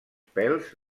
pèls